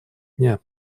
дня